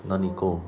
哪里够